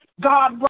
God